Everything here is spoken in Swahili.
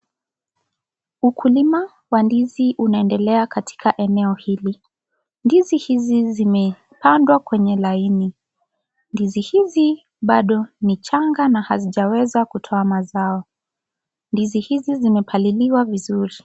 Ukulima wa ndizi unaendelea katika eneo hili, ndizi hizi zimepandwa kwenye laini. Ndizi hizi, bado ni changa na hazijaweza kutoa mazao. Ndizi hizi zimepaliliwa vizuri.